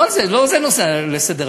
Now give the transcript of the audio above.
לא זה הנושא שעל סדר-היום,